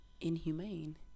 inhumane